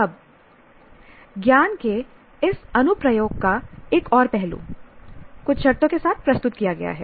अब ज्ञान के इस अनुप्रयोग का एक और पहलू कुछ शर्तों के साथ प्रस्तुत किया गया है